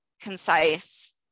concise